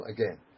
Again